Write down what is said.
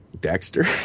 Dexter